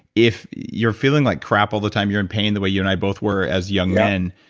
if you're feeling like crap all the time, you're in pain the way you and i both were as young men,